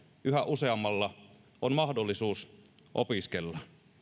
yhä useammalla on mahdollisuus opiskella